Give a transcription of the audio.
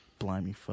Blimey